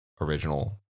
original